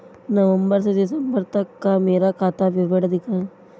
नवंबर से दिसंबर तक का मेरा खाता विवरण दिखाएं?